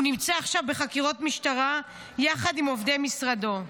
הוא נמצא עכשיו בחקירות משטרה יחד עם עובדי משרדו.